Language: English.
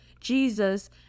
Jesus